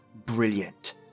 brilliant